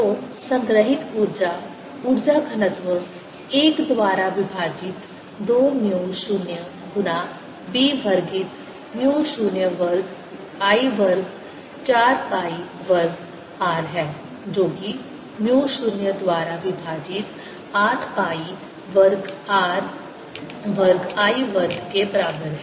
तो संग्रहित ऊर्जा ऊर्जा घनत्व 1 द्वारा विभाजित 2 म्यू 0 गुना b वर्गित म्यू 0 वर्ग I वर्ग 4 पाई वर्ग r है जो कि म्यू 0 द्वारा विभाजित 8 पाई वर्ग r वर्ग I वर्ग के बराबर है